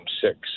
six